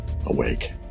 awake